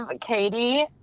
Katie